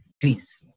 Please